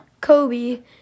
Kobe